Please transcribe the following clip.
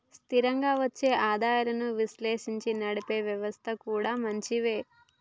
స్థిరంగా వచ్చే ఆదాయాలను విశ్లేషించి నడిపే వ్యవస్థలు కూడా మంచివే